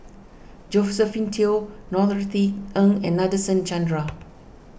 Josephine Teo Norothy Ng and Nadasen Chandra